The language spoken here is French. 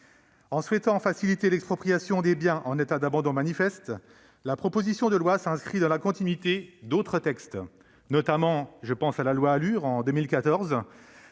En souhaitant faciliter l'expropriation des biens en état d'abandon manifeste, la proposition de loi s'inscrit dans la continuité d'autres textes. Je pense notamment à la loi ALUR de 2014